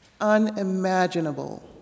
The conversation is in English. unimaginable